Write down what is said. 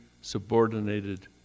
subordinated